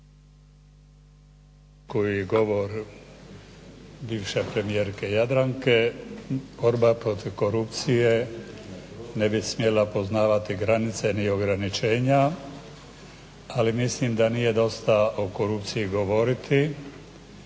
Koji je govor bivše premijerke Jadranke, borba protiv korupcije ne bi smjela poznavati granice ni ograničenja, ali mislim da nije dosta o korupciji govoriti